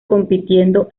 compitiendo